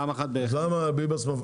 ביבס,